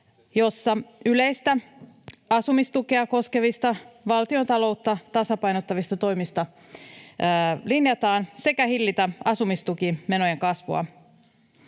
jossa yleistä asumistukea koskevista, valtiontaloutta tasapainottavista toimista linjataan, sekä hillitä asumistukimenojen kasvua.